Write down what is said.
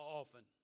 often